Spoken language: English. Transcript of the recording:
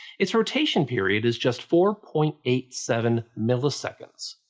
its rotation period is just four point eight seven milliseoconds.